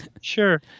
Sure